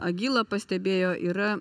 agila pastebėjo yra